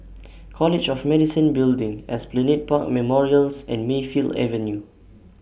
College of Medicine Building Esplanade Park Memorials and Mayfield Avenue